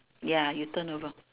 ya you turn over